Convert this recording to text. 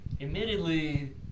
Admittedly